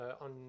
on